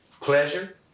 pleasure